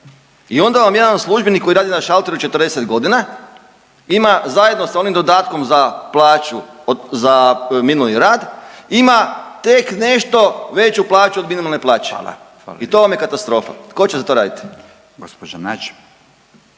I onda vam jedan službenik koji radi na šalteru 40 godina ima zajedno sa onim dodatkom za plaću, za minuli rad ima tek nešto veću plaću od minimalne plaće. …/Upadica Radin: Hvala./… I to vam je katastrofa. Tko će za to raditi?